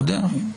לא יודע.